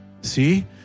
See